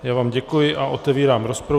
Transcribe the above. Já vám děkuji a otevírám rozpravu.